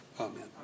Amen